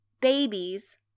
babies